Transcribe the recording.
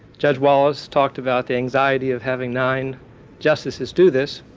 judge wallace talked about the anxiety of having nine justices do this.